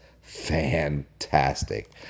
fantastic